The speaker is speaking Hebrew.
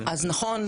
אז נכון,